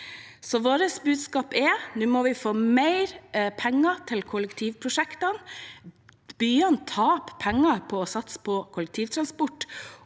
vårt budskap er: Nå må vi få mer penger til kollektivprosjekter. Byene taper penger på å satse på kollektivtransport.